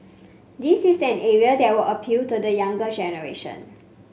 this is an area that would appeal to the younger generation